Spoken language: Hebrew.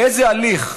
באיזה הליך?